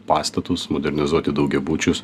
pastatus modernizuoti daugiabučius